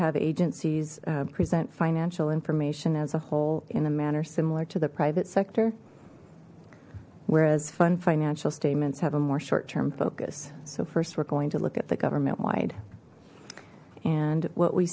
have agencies present financial information as a whole in a manner similar to the private sector whereas fun financial statements have a more short term focus so first we're going to look at the government wide and what we